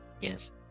yes